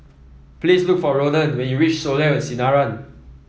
please look for Ronan when you reach Soleil at Sinaran